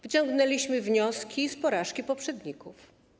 Wyciągnęliśmy wnioski z porażki poprzedników.